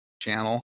channel